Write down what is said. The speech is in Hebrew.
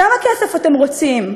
כמה כסף אתם רוצים?